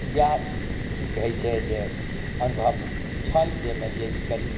इएह की कहय छै जे अनुभव छल जे मानि लिअ ई करी